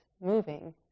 moving